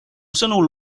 sõnul